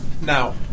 Now